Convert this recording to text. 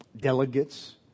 delegates